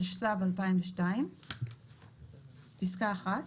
התשס"ב-2002 - בסעיף